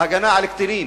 בהגנה על קטינים,